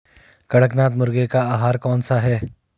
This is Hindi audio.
कड़कनाथ मुर्गे का आहार कौन सा है?